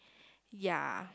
ya